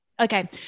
Okay